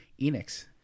Enix